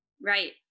Right